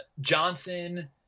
Johnson